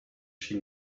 she